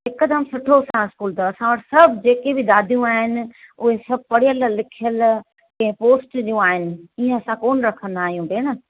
हिकदमि सुठो साफ़ु स्कूल अथव असां वटि सभु जेके बि दादियूं आहिनि उहे सभु पढ़ियलु लिखियलु कंहिं पोस्ट जूं आहिनि ईअं असां कोन रखंदा आहियूं भेण